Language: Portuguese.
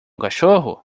cachorro